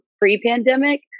pre-pandemic